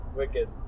wicked